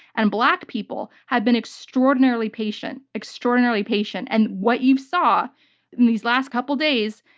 and black people have been extraordinarily patient, extraordinarily patient. and what you saw these last couple of days,